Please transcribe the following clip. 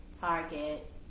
Target